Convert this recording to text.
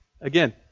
Again